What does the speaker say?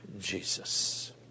Jesus